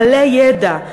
מלא ידע,